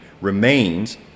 remains